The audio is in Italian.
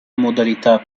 modalità